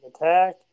attack